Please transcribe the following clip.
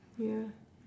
ya